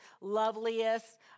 loveliest